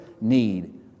need